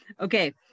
Okay